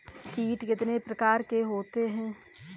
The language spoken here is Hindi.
कीट कितने प्रकार के होते हैं?